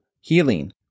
healing